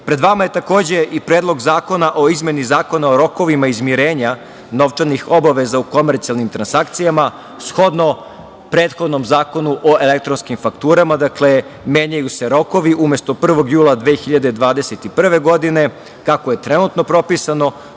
vama je takođe i Predlog zakona o izmeni Zakona o rokovima izmirenja novčanih obaveza u komercijalnim transakcijama. Shodno prethodnom Zakonu o elektronskim fakturama menjaju se rokovi. Umesto 1. jula 2021. godine, kako je trenutno pripisano,